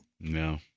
No